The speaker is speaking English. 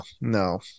no